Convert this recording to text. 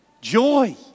Joy